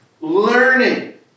learning